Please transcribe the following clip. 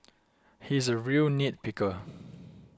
he is a real nit picker